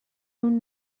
اون